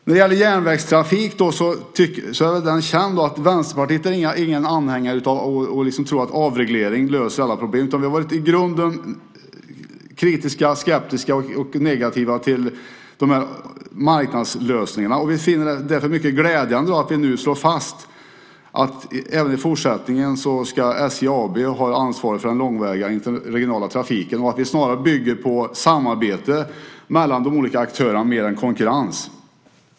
När det gäller järnvägstrafik är det känt att Vänsterpartiet inte tror att avreglering löser alla problem. Vi har varit i grunden kritiska, skeptiska och negativa till marknadslösningarna. Vi finner det därför mycket glädjande att vi nu slår fast att SJ AB även i fortsättningen ska ha ansvaret för den långväga interregionala trafiken och att vi bygger mer på samarbete mellan de olika aktörerna än på konkurrens.